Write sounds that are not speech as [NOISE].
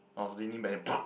I was leaning back then [NOISE]